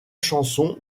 chanson